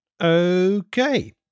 Okay